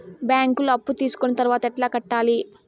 బ్యాంకులో అప్పు తీసుకొని తర్వాత ఎట్లా కట్టాలి?